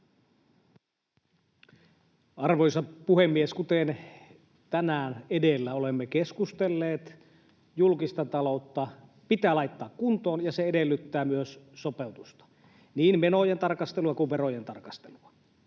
Arvoisa puhemies! Kuten tänään edellä olemme keskustelleet, julkista taloutta pitää laittaa kuntoon, ja se edellyttää myös sopeutusta, niin menojen tarkastelua kuin verojen tarkastelua,